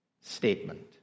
statement